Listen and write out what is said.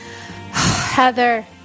Heather